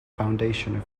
foundation